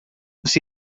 você